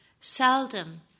Seldom